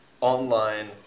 online